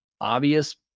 obvious